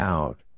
Out